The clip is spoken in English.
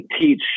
teach